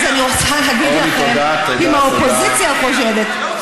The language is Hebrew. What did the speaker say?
אז אני רוצה להגיד לכם שאם האופוזיציה חושבת,